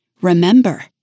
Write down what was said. Remember